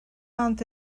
ond